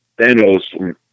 Thanos